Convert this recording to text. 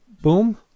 boom